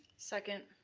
second.